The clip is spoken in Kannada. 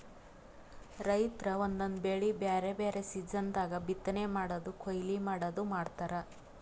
ರೈತರ್ ಒಂದೊಂದ್ ಬೆಳಿ ಬ್ಯಾರೆ ಬ್ಯಾರೆ ಸೀಸನ್ ದಾಗ್ ಬಿತ್ತನೆ ಮಾಡದು ಕೊಯ್ಲಿ ಮಾಡದು ಮಾಡ್ತಾರ್